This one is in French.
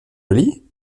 jolie